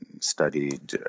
studied